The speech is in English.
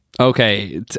Okay